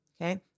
Okay